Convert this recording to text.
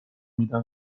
میدن